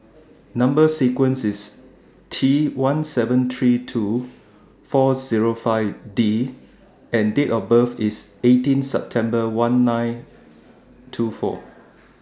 Number sequence IS T one seven three two four Zero five D and Date of birth IS eighteen September one nine two four